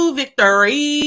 victory